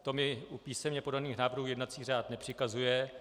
To mi u písemně podaných návrhů jednací řád nepřikazuje.